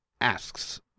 asks